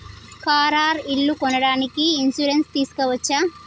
Car or ఇల్లు కొనడానికి insurance తీస్కోవచ్చా?